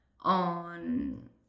on